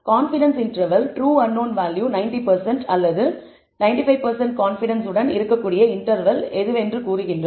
confidence interval true unknown value 90 அல்லது 95 confidence உடன் இருக்கக்கூடிய இன்டர்வெல் எதுவென்று கூறுகின்றன